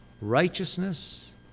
Righteousness